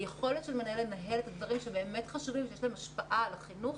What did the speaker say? היכולת של מנהל לנהל את הדברים שבאמת חשובים ושיש להם השפעה על החינוך,